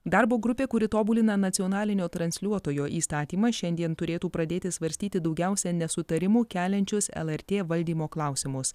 darbo grupė kuri tobulina nacionalinio transliuotojo įstatymą šiandien turėtų pradėti svarstyti daugiausia nesutarimų keliančius lrt valdymo klausimus